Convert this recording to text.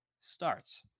starts